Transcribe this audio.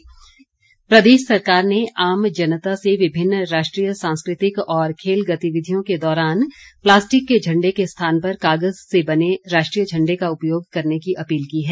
राष्ट्रीय ध्वज प्रदेश सरकार ने आम जनता से विभिन्न राष्ट्रीय सांस्कृतिक और खेल गतिविधियों के दौरान प्लास्टिक के झण्डे के स्थान पर कागज से बने राष्ट्रीय झण्डे का उपयोग करने की अपील की है